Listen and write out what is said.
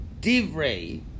Divrei